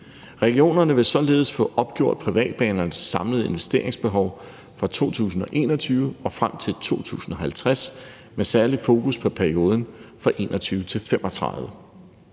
Regionerne vil således få opgjort privatbanernes samlede investeringsbehov fra 2021 og frem til 2050 med særligt fokus på perioden fra 2021-2035.